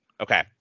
Okay